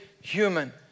human